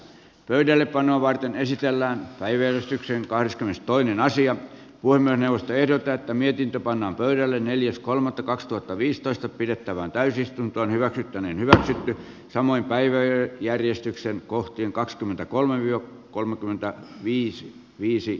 pöydällepanoa varten esitellään päivystykseen kahdeskymmenestoinen asia voimme nousta jo tätä mietintö pannaan pöydälle neljäs kolmatta kaksituhattaviisitoista pidettävään täysistuntoon hyväksytty niin hyvä ja samoin päivä ja järjestyksen kohteen kaksikymmentäkolme jo kolmekymmentä viisi viisi